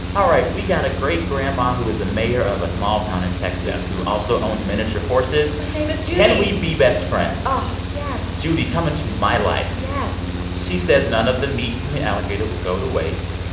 all right, we got a great-grandma who is a mayor of a small town in texas. yes. who also owns miniature horses whose name is judy can we be best friends? oh, yes judy, come into my life yes she says none of the meat from the alligator will go to waste.